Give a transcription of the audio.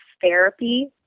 therapy